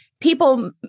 people